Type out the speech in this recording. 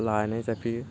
लायना जाफैयो